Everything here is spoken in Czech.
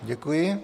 Děkuji.